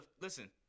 Listen